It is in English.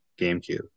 GameCube